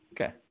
Okay